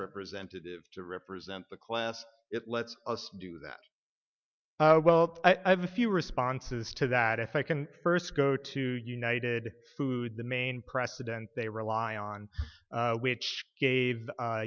representative to represent the class it lets us do that well i have a few responses to that if i can first go to united who the main president they rely on which gave